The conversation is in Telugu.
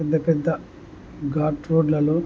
పెద్ద పెద్ద ఘాట్ రోడ్లలో